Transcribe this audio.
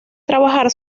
trabajar